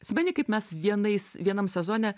atsimeni kaip mes vienais vienam sezone